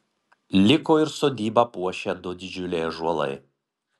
liko ir sodybą puošę du didžiuliai ąžuolai